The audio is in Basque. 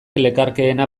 lekarkeena